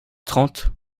trente